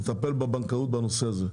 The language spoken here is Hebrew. לטפל בבנקאות בנושא הזה?